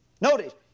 Notice